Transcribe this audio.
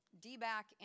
D-back